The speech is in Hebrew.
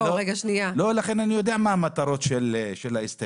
לא, לכן אני יודע מה המטרות של ההסתייגויות.